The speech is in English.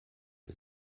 and